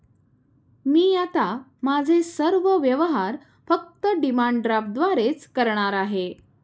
मी आता माझे सर्व व्यवहार फक्त डिमांड ड्राफ्टद्वारेच करणार आहे